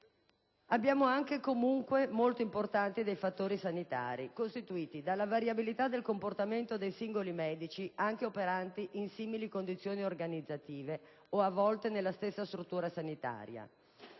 Campania. Altrettanto importanti sono poi i fattori sanitari costituiti dalla variabilità del comportamento dei singoli medici anche operanti in simili condizioni organizzative o, a volte, nella stessa struttura sanitaria;